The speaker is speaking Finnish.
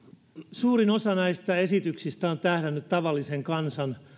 suurin osa näistä esityksistä on tähdännyt tavallisen kansan